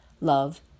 love